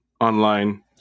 online